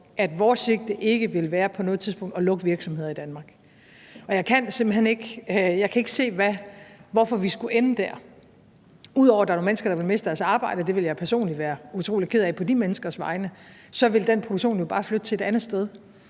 at vores sigte ikke vil være på noget tidspunkt at lukke virksomheder i Danmark. Og jeg kan ikke se, hvorfor vi skulle ende der. Ud over at der vil være mennesker, der ville miste deres arbejde, og det ville jeg personligt være utrolig ked af på de menneskers vegne, så vil den produktion jo bare flytte til et andet sted,